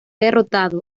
derrotado